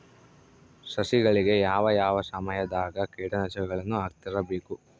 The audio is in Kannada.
ಸಸಿಗಳಿಗೆ ಯಾವ ಯಾವ ಸಮಯದಾಗ ಕೇಟನಾಶಕಗಳನ್ನು ಹಾಕ್ತಿರಬೇಕು?